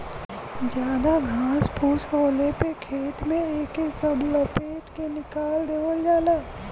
जादा घास फूस होले पे खेत में एके सब लपेट के निकाल देवल जाला